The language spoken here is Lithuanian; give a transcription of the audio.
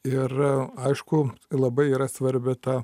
ir aišku labai yra svarbi ta